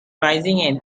rising